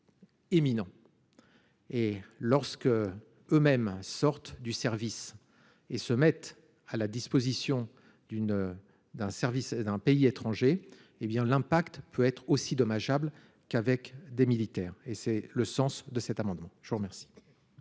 Et lorsque eux-mêmes un sorte du service et se mettent à la disposition d'une, d'un service d'un pays étranger, hé bien l'impact peut être aussi dommageable qu'avec des militaires et c'est le sens de cet amendement, je vous remercie.